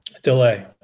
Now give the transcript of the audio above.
Delay